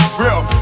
real